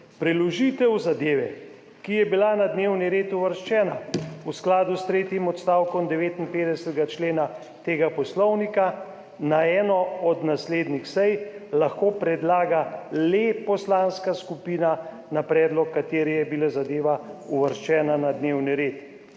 Preložitev zadeve, ki je bila na dnevni red uvrščena v skladu s tretjim odstavkom 59. člena tega poslovnika na eno od naslednjih sej lahko predlaga le poslanska skupina, na predlog katere je bila zadeva uvrščena na dnevni red.